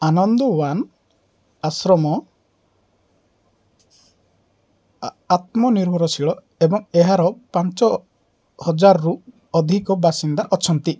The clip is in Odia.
ଆନନ୍ଦୱାନ୍ ଆଶ୍ରମ ଆତ୍ମନିର୍ଭରଶୀଳ ଏବଂ ଏହାର ପାଞ୍ଚହଜାରରୁ ଅଧିକ ବାସିନ୍ଦା ଅଛନ୍ତି